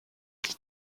die